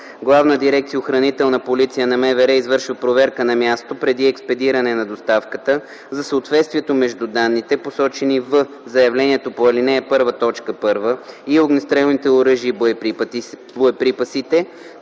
Главна дирекция “Охранителна полиция” на МВР извършва проверка на място преди експедиране на доставката за съответствието между данните, посочени в заявлението по ал. 1, т. 1, и огнестрелните оръжия и боеприпасите,